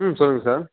ம் சொல்லுங்கள் சார்